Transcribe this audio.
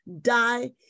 die